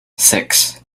six